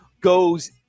goes